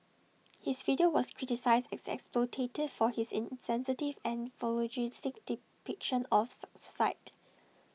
his video was criticised as exploitative for his insensitive and voyeuristic depiction of